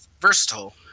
versatile